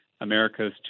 America's